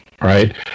right